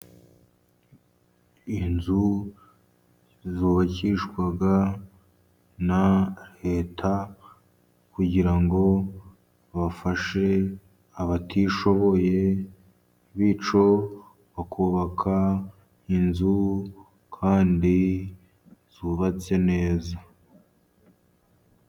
Inzu zubakishwa na Leta, kugira ngo bafashe abatishoboye , bityo bakubaka inzu kandi zubatse neza.